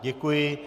Děkuji.